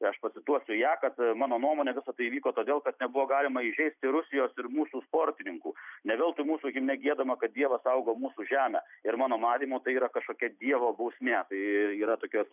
aš pacituosiu ją kad mano nuomone visa tai įvyko todėl kad nebuvo galima įžeisti rusijos ir mūsų sportininkų ne veltui mūsų himne giedama kad dievas saugo mūsų žemę ir mano manymu tai yra kažkokia dievo bausmė tai yra tokios